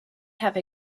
have